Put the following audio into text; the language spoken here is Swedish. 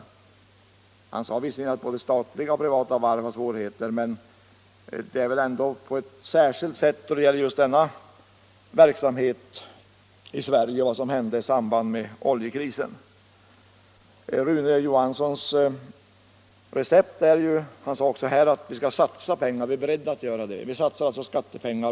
Industriminstern sade visserligen att både statliga och privata varv har svårigheter, men den verksamheten har väl fått särskilda svårigheter genom vad som hände i samband med oljekrisen. Rune Johansson sade också att ”vi är beredda att satsa skattepengar”.